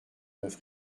neuf